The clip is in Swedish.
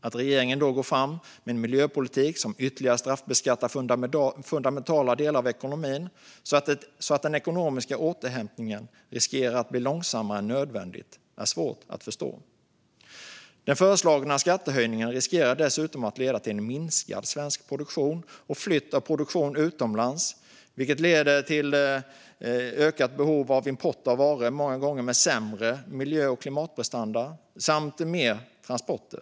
Att regeringen då går fram med en miljöpolitik som ytterligare straffbeskattar fundamentala delar av ekonomin så att den ekonomiska återhämtningen riskerar att bli långsammare än nödvändigt är svårt att förstå. Den föreslagna skattehöjningen riskerar dessutom att leda till minskad svensk produktion och flytt av produktion utomlands, vilket leder till ökat behov av import av varor med många gånger sämre miljö och klimatprestanda samt till mer transporter.